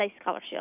scholarship